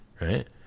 right